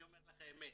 אני אומר לך אמת,